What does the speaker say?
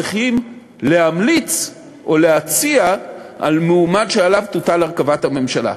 צריכים להמליץ או להציע על מועמד שעליו תוטל הרכבת הממשלה.